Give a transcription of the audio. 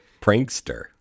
prankster